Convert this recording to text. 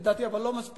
אבל לדעתי זה לא מספיק.